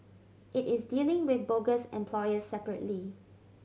it is dealing with bogus employers separately